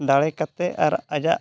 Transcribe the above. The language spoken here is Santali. ᱫᱟᱲᱮ ᱠᱟᱛᱮᱫ ᱟᱨ ᱟᱡᱟᱜ